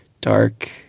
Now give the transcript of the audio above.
dark